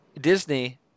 Disney